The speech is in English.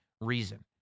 reason